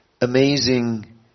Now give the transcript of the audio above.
amazing